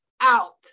out